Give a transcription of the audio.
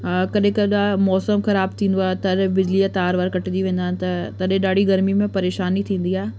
कॾहिं कॾहिं मौसम ख़राबु थींदो आहे तर बिजली जा तार वार कटिजी वेंदा आहिनि त तॾहिं ॾाढी गर्मी में परेशानी थींदी आहे